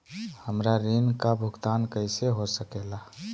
हमरा ऋण का भुगतान कैसे हो सके ला?